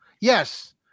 Yes